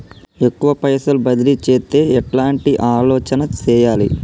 ఎక్కువ పైసలు బదిలీ చేత్తే ఎట్లాంటి ఆలోచన సేయాలి?